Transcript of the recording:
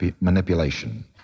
manipulation